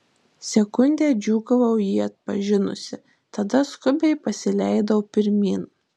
sekundę džiūgavau jį atpažinusi tada skubiai pasileidau pirmyn